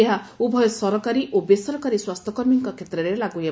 ଏହା ଉଭୟ ସରକାରୀ ଓ ବେସରକାରୀ ସ୍ୱାସ୍ଥ୍ୟକର୍ମୀଙ୍କ କ୍ଷେତ୍ରରେ ଲାଗୁ ହେବ